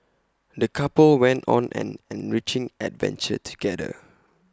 the couple went on an enriching adventure together